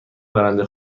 برنده